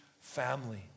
family